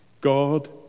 God